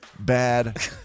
Bad